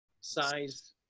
size